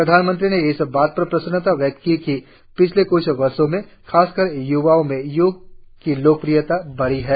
प्रधानमंत्री ने इस बात पर प्रसन्नता व्यक्त की कि पिछले क्छ वर्षों में ख़ासकर य्वाओं में योग की लोकप्रियता बढ़ी है